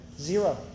Zero